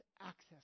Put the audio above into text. access